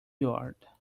yard